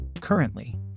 currently